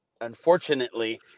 unfortunately